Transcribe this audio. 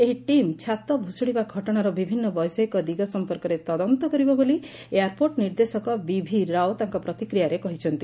ଏହି ଟିମ୍ ଛାତ ଭୁଶୁଡ଼ିବା ଘଟଣାର ବିଭିନ୍ନ ବୈଷୟିକ ଦିଗ ସମ୍ମର୍କରେ ତଦନ୍ତ କରିବ ବୋଲି ଏୟାର୍ପୋର୍ଟ୍ ନିର୍ଦ୍ଦେଶକ ବିଭି ରାଓ ତାଙ୍କ ପ୍ରତିକ୍ରିୟାରେ କହିଛନ୍ତି